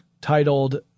titled